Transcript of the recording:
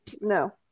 No